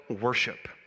worship